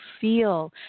feel